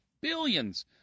billions